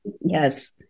Yes